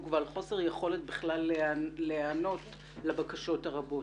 ועל חוסר יכולת בכלל להיענות לבקשות הרבות.